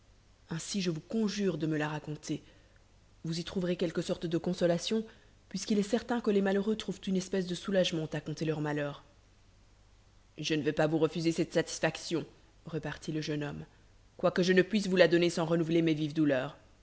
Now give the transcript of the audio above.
ainsi je vous conjure de me la raconter vous y trouverez quelque sorte de consolation puisqu'il est certain que les malheureux trouvent une espèce de soulagement à conter leurs malheurs je ne veux pas vous refuser cette satisfaction repartit le jeune homme quoique je ne puisse vous la donner sans renouveler mes vives douleurs